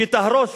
שתהרוס,